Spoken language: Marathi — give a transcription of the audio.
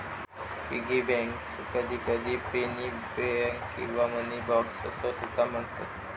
पिगी बँकेक कधीकधी पेनी बँक किंवा मनी बॉक्स असो सुद्धा म्हणतत